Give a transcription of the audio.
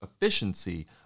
efficiency